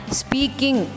speaking